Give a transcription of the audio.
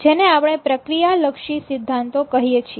જેને આપણે પ્રક્રિયા લક્ષી સિધ્ધાંતો કહીએ છીએ